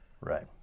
Right